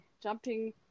jumping